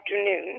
afternoon